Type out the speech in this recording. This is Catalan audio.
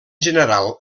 general